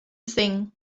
thing